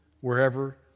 wherever